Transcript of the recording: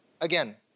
again